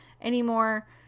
anymore